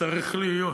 צריך להיות.